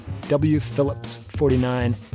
WPhillips49